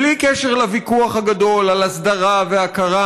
בלי קשר לוויכוח הגדול על הסדרה והכרה.